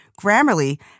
Grammarly